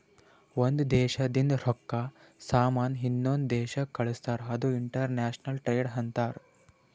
ಒಂದ್ ದೇಶದಿಂದ್ ರೊಕ್ಕಾ, ಸಾಮಾನ್ ಇನ್ನೊಂದು ದೇಶಕ್ ಕಳ್ಸುರ್ ಅದು ಇಂಟರ್ನ್ಯಾಷನಲ್ ಟ್ರೇಡ್ ಅಂತಾರ್